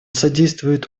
содействует